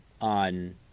on